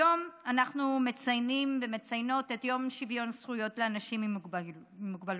היום אנחנו מציינים ומציינות את יום שוויון זכויות לאנשים עם מוגבלויות,